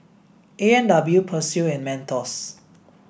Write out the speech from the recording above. A and W Persil and Mentos